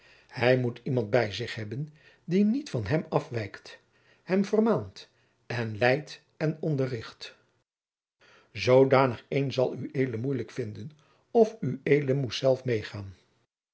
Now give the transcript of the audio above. hij moet iemand bij zich hebben die niet van hem afwijkt hem vermaant en leidt en onderricht zoodanig een zal ued moeilijk vinden of ued moest zelf medegaan